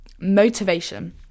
motivation